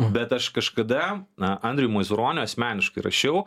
bet aš kažkada na andriui mazuroniui asmeniškai rašiau